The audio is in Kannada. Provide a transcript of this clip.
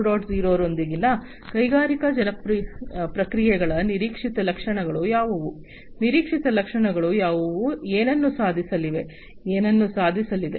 0 ರೊಂದಿಗಿನ ಕೈಗಾರಿಕಾ ಪ್ರಕ್ರಿಯೆಗಳ ನಿರೀಕ್ಷಿತ ಲಕ್ಷಣಗಳು ಯಾವುವು ನಿರೀಕ್ಷಿತ ಲಕ್ಷಣಗಳು ಯಾವುವು ಏನನ್ನು ಸಾಧಿಸಲಿವೆ ಏನನ್ನು ಸಾಧಿಸಲಿದೆ